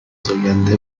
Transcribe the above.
فزاینده